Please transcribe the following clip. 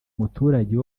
muturage